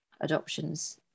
adoptions